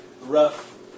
rough